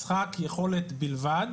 משחק יכולת בלבד.